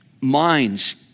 minds